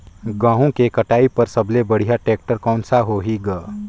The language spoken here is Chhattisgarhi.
गहूं के कटाई पर सबले बढ़िया टेक्टर कोन सा होही ग?